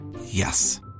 Yes